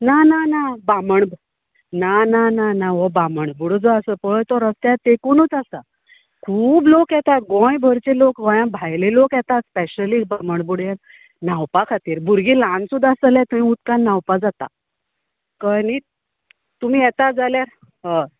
ना ना ना बामण ना ना ना हो बामणबुडो जो आसा पय तो रस्त्याक तेकुनूच आसा खूब लोक येतात गोंयभरचे लोक गोंयां भायले लोक येता स्पेशली बामणबुड्याक न्हावपा खातीर भुरगीं ल्हान सुद्दां आसा जाल्यार थंय उदकान न्हावपा जाता कळ्ळें नी तुमी येता जाल्यार हय